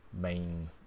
main